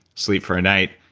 sleep for a night,